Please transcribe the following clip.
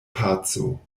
paco